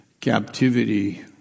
captivity